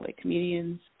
comedians